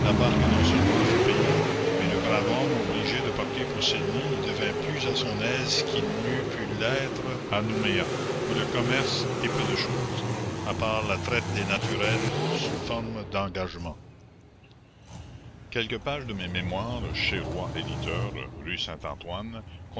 barque non seulement fut payée mais le brave homme obligé de partir pour sydney y la commune devint plus à son aise qu'il n'eût pu l'être à nouméa où le commerce est peu de chose à part la traite des naturels sous forme d'engagements quelques pages de mes mémoires chez roy éditeur rue